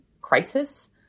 crisis